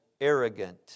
arrogant